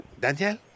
Daniel